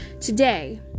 today